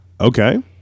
Okay